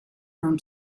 from